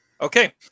Okay